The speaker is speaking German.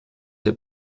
der